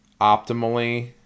optimally